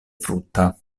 frutta